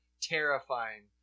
terrifying